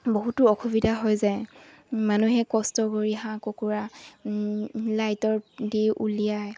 বহুতো অসুবিধা হৈ যায় মানুহে কষ্ট কৰিৰ হাঁহ কুকুৰা লাইটৰ দি উলিয়াই